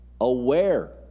Aware